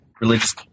religious